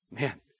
Man